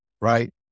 right